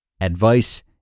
Advice